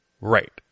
Right